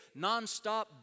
nonstop